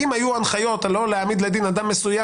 אם היו הנחיות לא להעמיד לדין אדם מסוים